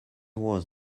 was